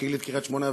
כילד קריית-שמונה,